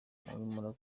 ariko